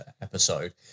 episode